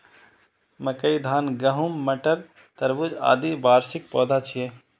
मकई, धान, गहूम, मटर, तरबूज, आदि वार्षिक पौधा छियै